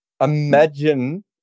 Imagine